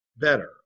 better